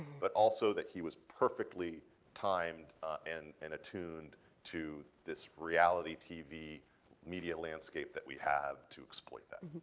but also that he was perfectly timed and and attuned to this reality tv media landscape that we have to exploit that.